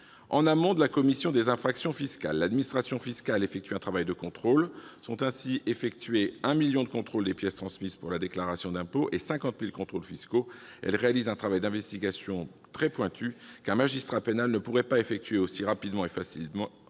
En amont de cette commission, l'administration fiscale effectue un travail de contrôle : chaque année, elle opère 1 million de contrôles sur les pièces transmises pour la déclaration d'impôt et 50 000 contrôles fiscaux. Elle réalise un travail d'investigation très pointu qu'un magistrat pénal ne pourrait effectuer aussi rapidement et facilement,